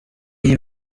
iyi